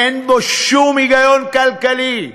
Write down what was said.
אין בו שום היגיון כלכלי.